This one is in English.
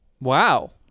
Wow